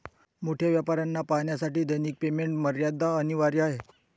मोठ्या व्यापाऱ्यांना पाहण्यासाठी दैनिक पेमेंट मर्यादा अनिवार्य आहे